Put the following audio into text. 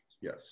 Yes